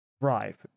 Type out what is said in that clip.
drive